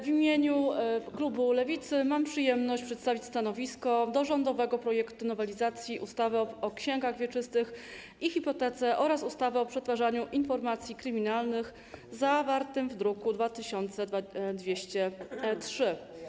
W imieniu klubu Lewicy mam przyjemność przedstawić stanowisko w sprawie rządowego projektu nowelizacji ustawy o księgach wieczystych i hipotece oraz ustawy o przetwarzaniu informacji kryminalnych, zawartego w druku nr 2203.